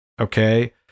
okay